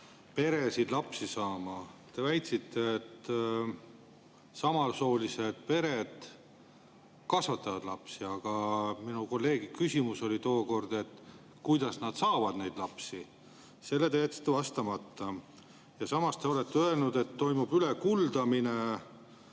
peresid lapsi saama. Te väitsite, et samasoolised pered kasvatavad lapsi. Aga minu kolleegi küsimus oli tookord, kuidas nad neid lapsi saavad. Sellele te jätsite vastamata. Samas te olete öelnud, et toimub ülekuldamine